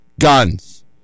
guns